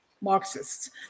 Marxists